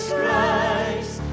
Christ